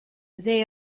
they